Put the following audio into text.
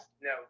No